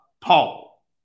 Paul